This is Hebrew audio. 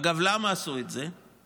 אגב, למה עשו את זה?